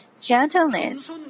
gentleness